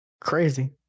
crazy